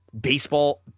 baseball